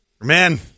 man